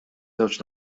żewġ